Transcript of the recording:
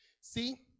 see